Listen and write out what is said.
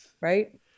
right